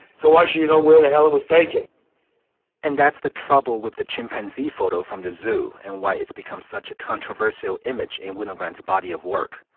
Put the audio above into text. so as you know, where the hell it was taken and that's the trouble with the chimpanzee photo from the zoo. and why it's become such a controversial image in william grant's body of work.